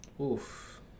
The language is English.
Oof